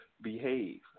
behave